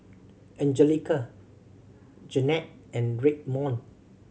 Angelica Jennette and Redmond